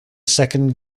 second